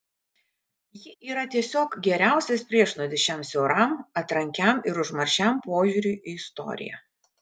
ji yra tiesiog geriausias priešnuodis šiam siauram atrankiam ir užmaršiam požiūriui į istoriją